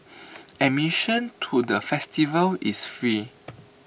admission to the festival is free